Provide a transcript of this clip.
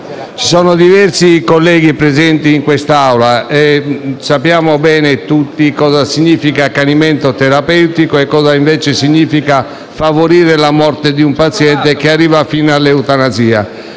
ci sono diversi colleghi presenti in quest'Aula e sappiamo bene tutti cosa significa accanimento terapeutico e cosa - invece - significa favorire la morte di un paziente che arriva fino all'eutanasia.